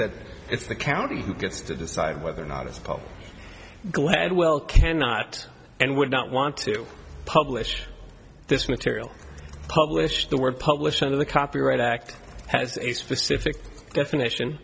that it's the county who gets to decide whether or not this public gladwell cannot and would not want to publish this material published the word publisher of the copyright act has a specific definition